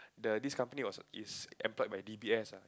the this company was is employed by d_b_s ah